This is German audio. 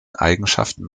eigenschaften